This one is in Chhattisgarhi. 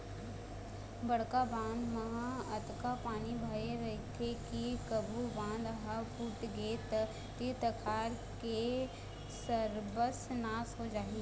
बड़का बांध म अतका पानी भरे रहिथे के कभू बांध ह फूटगे त तीर तखार के सरबस नाश हो जाही